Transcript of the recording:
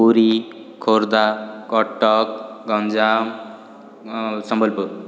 Puri Khordha Cuttack Ganjam Sambalpur